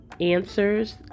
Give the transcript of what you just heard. answers